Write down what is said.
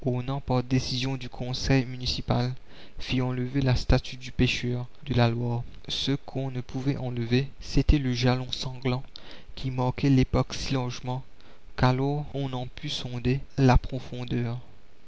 décision du conseil municipal fit enlever la statue du pêcheur de la loire ce qu'on ne pouvait enlever c'était le jalon sanglant qui marquait l'époque si largement qu'alors on n'en put sonder la profondeur